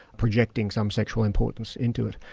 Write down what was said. projecting some sexual importance into it,